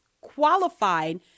qualified